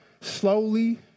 slowly